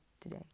today